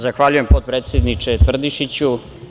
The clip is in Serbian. Zahvaljujem, potpredsedniče Tvrdišiću.